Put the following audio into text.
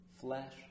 flesh